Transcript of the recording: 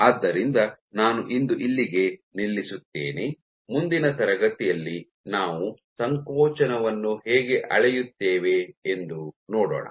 ಆದ್ದರಿಂದ ನಾನು ಇಂದು ಇಲ್ಲಿಗೆ ನಿಲ್ಲಿಸುತ್ತೇನೆ ಮುಂದಿನ ತರಗತಿಯಲ್ಲಿ ನಾವು ಸಂಕೋಚನವನ್ನು ಹೇಗೆ ಅಳೆಯುತ್ತೇವೆ ಎಂದು ನೋಡೋಣ